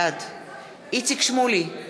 בעד איציק שמולי,